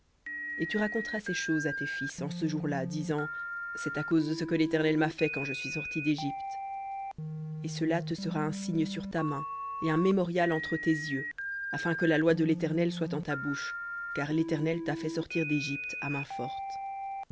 et tu raconteras à ton fils en ce jour-là disant c'est à cause de ce que l'éternel m'a fait quand je suis sorti dégypte et cela te sera un signe sur ta main et un mémorial entre tes yeux afin que la loi de l'éternel soit en ta bouche car l'éternel t'a fait sortir d'égypte à main forte